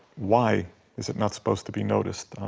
why is it not supposed to be noticed?